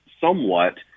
somewhat